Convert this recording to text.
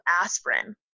aspirin